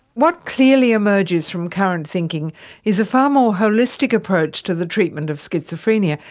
what clearly emerges from current thinking is a far more holistic approach to the treatment of schizophrenia,